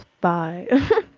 bye